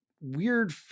weird